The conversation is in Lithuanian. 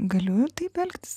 galiu taip elgtis